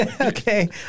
Okay